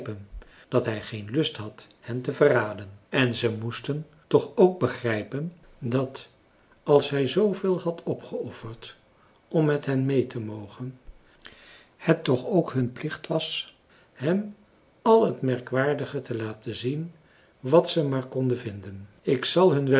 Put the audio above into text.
dat hij geen lust had hen te verraden en ze moesten toch ook begrijpen dat als hij zooveel had opgeofferd om met hen meê te mogen het toch ook hun plicht was hem al het merkwaardige te laten zien wat ze maar konden vinden ik zal hun